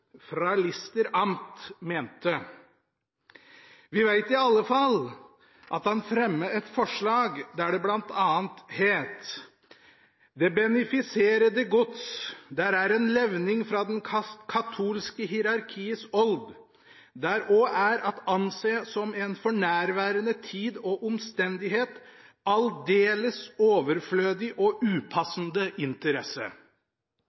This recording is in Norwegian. fra Lister Amt mente? Vi veit i alle fall at han fremmet et forslag der det bl.a. het: «Det beneficerede Gods, der er en Levning fra den Catholske Hierarchies Old, der og er at ansee som en for nærværende Tid og Omstændighed, aldeles overflødig og